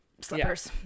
Slippers